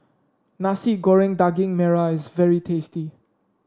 Nasi Goreng Daging Merah is very tasty